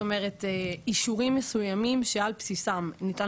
זאת אומרת אישורים מסוימים שעל בסיסם ניתן